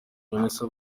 vanessa